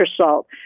salt